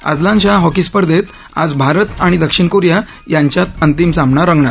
Azlan Shah hockey स्पर्धेत आज भारत आणि दक्षिण कोरिया यांच्यात अंतिम सामना रंगणार